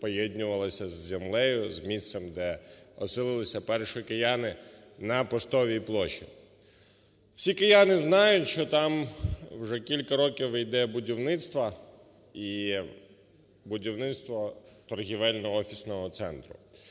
поєднувалася з землею, з місцем, де силилися перші кияни на Поштовій площі. Всі кияни знають, що там вже кілька років йде будівництво, і будівництво торгівельно-офісного центру.